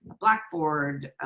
blackboard.